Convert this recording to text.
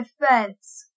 defense